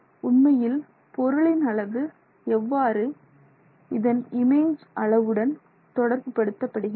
உண்மையான பொருளின் அளவு எவ்வாறு இதன் இமேஜ் அளவுடன் தொடர்புபடுத்தப்படுகிறது